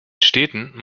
städten